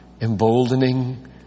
emboldening